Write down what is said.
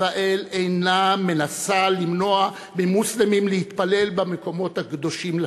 ישראל אינה מנסה למנוע ממוסלמים להתפלל במקומות הקדושים להם,